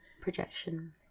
projection